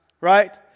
right